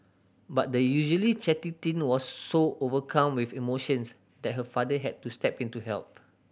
but the usually chatty teen was so overcome with emotions that her father had to step in to help